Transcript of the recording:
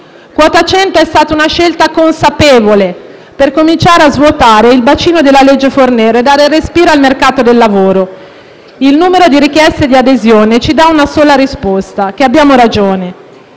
Quota 100 è stata una scelta consapevole per cominciare a svuotare il bacino della legge Fornero e dare respiro al mercato del lavoro. Il numero di richieste di adesioni ci dà una sola risposta: che abbiamo ragione.